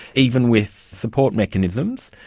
even with support mechanisms,